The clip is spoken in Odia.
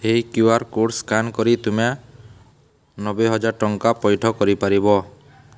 ଏହି କ୍ୟୁ ଆର୍ କୋଡ଼୍ ସ୍କାନ୍ କରି ତୁମେ ନବେ ହଜାର ଟଙ୍କା ପଇଠ କରିପାରିବ